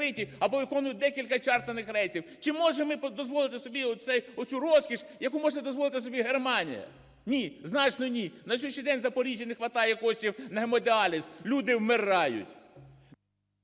або виконують декілька чартерних рейсів. Чи можемо ми дозволити собі оцю розкіш, яку може дозволити собі Германія? Ні! Значно ні! На сьогоднішній день у Запоріжжі не хватає коштів на гемодіаліз, люди вмирають!